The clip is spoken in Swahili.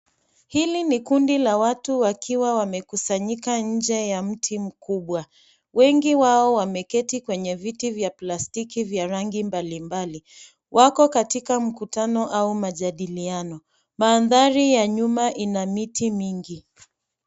Hili ni kundi la watu wakiwa wamekusanyika nje ya mti mkubwa. Wengi wao wameketi kwenye viti vya plastiki vya rangi mbali mbali. Wako katika mkutano au mjadiliano. Mandhari ya nyuma ina miti mingi.